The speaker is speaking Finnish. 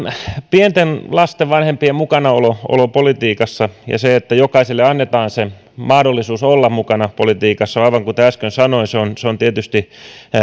pienten lasten vanhempien mukanaolo politiikassa ja se että jokaiselle annetaan mahdollisuus olla mukana politiikassa aivan kuten äsken sanoin on tietysti